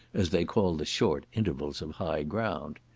as they call the short intervals of high ground.